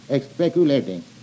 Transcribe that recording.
speculating